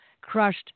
crushed